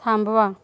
थांबवा